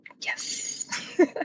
Yes